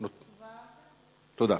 תודה.